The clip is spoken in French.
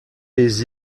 des